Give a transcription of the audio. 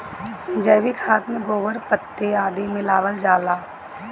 जैविक खाद में गोबर, पत्ती आदि मिलावल जाला